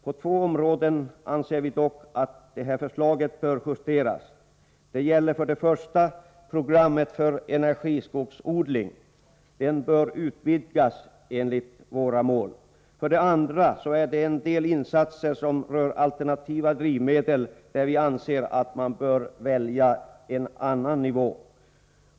På två områden anser vi dock att detta förslag bör justeras. Det gäller för det första programmet Energiskogsodling, som bör utvidgas. För det andra anser vi beträffande en del insatser som rör alternativa drivmedel att man bör välja en annan nivå.